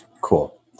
Cool